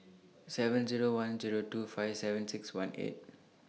seven Zero one Zero two five seven six one eight